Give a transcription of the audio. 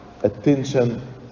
attention